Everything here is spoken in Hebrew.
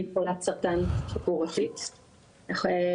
אני חולת סרטן גרורתית כרונית,